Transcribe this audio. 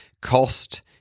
cost